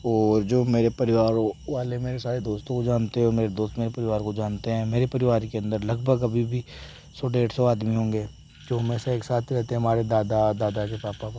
ओ जो मेरे परिवारों वाले मेरे सारे दोस्तों को जानते हैं मेरे दोस्त मेरे परिवार को जानते हैं मेरे परिवार के अन्दर लगभग अभी भी सौ डेढ़ सौ आदमी होंगे जो में से एक साथ रहते है हमारे दादा दादा के पापा पापा के